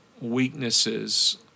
weaknesses